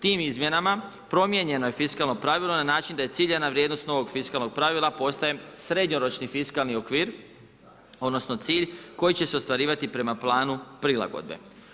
Tim izmjenama promijenjeno je fiskalno pravilo na način da je ciljana vrijednost novog fiskalnog pravila postaje srednjoročni fiskalni okvir, odnosno cilj koji će se ostvarivati prema planu prilagodbe.